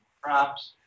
crops